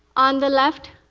on the left,